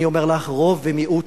אני אומר לך: רוב ומיעוט